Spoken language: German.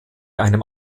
einem